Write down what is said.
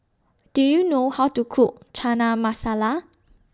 Do YOU know How to Cook Chana Masala